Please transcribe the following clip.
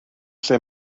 lle